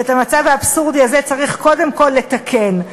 ואת המצב האבסורדי הזה צריך קודם כול לתקן.